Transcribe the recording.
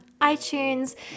iTunes